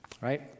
right